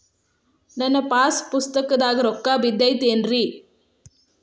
ನನ್ನ ಪಾಸ್ ಪುಸ್ತಕದಾಗ ರೊಕ್ಕ ಬಿದ್ದೈತೇನ್ರಿ?